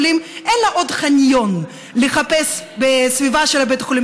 אין לו עוד חניון לחפש בסביבה של בית החולים,